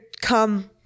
come